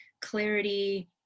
clarity